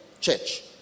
church